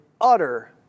utter